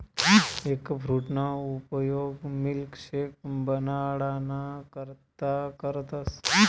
एगफ्रूटना उपयोग मिल्कशेक बनाडाना करता करतस